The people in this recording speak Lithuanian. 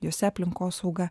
jose aplinkosauga